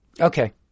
Okay